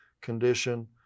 condition